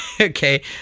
okay